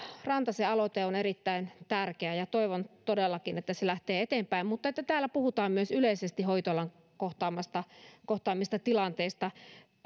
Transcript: rantasen aloite on erittäin tärkeä ja toivon todellakin että se lähtee eteenpäin mutta että täällä puhutaan myös yleisesti hoitoalan kohtaamista kohtaamista tilanteista